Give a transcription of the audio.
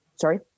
Sorry